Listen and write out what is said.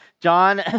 John